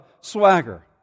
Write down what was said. swagger